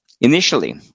Initially